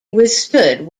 withstood